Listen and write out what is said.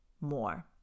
more